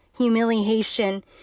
humiliation